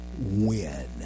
win